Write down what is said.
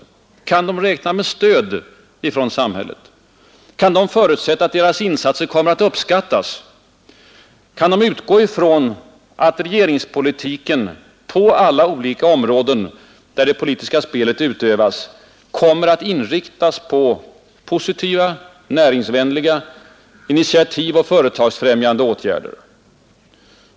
Kan de räkna med stöd av samhället? Kan de förutsätta att deras insatser kommer att uppskattas? Kan de utgå ifrån att regeringspolitiken på alla olika områden, där det politiska spelet utövas, kommer att inriktas på positiva, näringsvänliga initiativ och företagsfrämjande åtgärder?